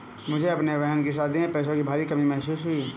मुझे अपने बहन की शादी में पैसों की भारी कमी महसूस हुई